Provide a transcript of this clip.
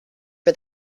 for